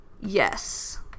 Yes